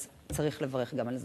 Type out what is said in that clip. אז צריך לברך גם על זה.